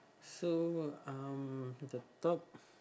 so um the top